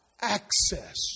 access